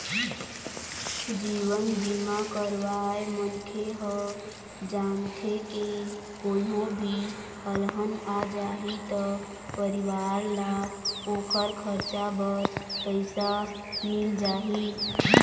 जीवन बीमा करवाए मनखे ह जानथे के कोनो भी अलहन आ जाही त परिवार ल ओखर खरचा बर पइसा मिल जाही